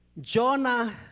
Jonah